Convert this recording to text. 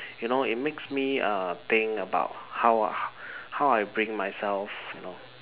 you know it makes me err think about how how I bring myself